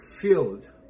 filled